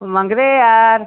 मग रे यार